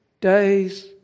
days